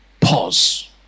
Pause